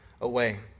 away